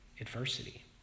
adversity